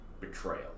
betrayal